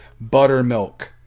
buttermilk